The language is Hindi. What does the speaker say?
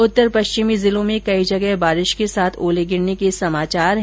उत्तर पश्चिमी जिलों में कई जगह बारिश के साथ ओले गिरने के समाचार है